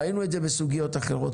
ראינו את זה בסוגיות אחרות.